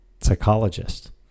psychologist